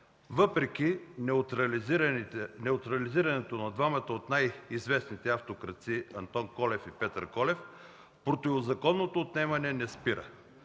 Въпреки неутрализирането на двамата от най-известните автокрадци – Антон Колев и Петър Колев, противозаконното отнемане не спира.